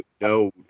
no